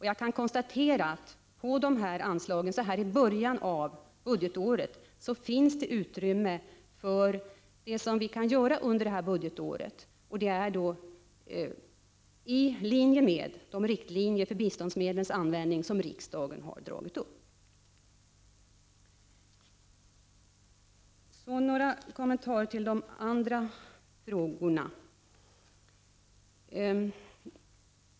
Jag kan konstatera att i dessa anslag nu i början av budgetåret finns det utrymme för sådant som kan göras under budgetåret. Det är i linje med de riktlinjer för biståndsmedlens användning som riksdagen har dragit upp. Några kommentarer till de övriga frågorna.